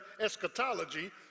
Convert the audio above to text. eschatology